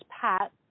Pat